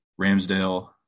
Ramsdale